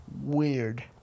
weird